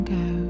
go